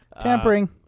Tampering